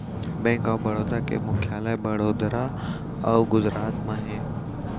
bank of Baroda के मुख्यालय बड़ोदरा अउ गुजरात म हे